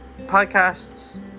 Podcast's